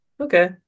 Okay